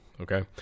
okay